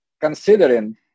considering